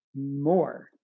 more